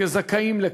כזכאים לקבל.